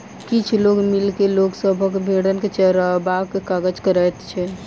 किछ लोक मिल के लोक सभक भेंड़ के चरयबाक काज करैत छै